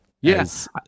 Yes